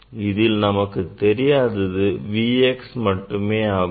இதில் நமக்குத் தெரியாதது Vx மட்டுமே ஆகும்